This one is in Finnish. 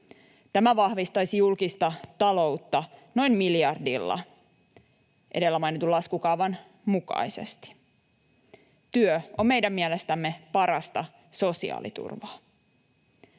Tämä vahvistaisi julkista taloutta noin miljardilla edellä mainitun laskukaavan mukaisesti. Työ on meidän mielestämme parasta sosiaaliturvaa.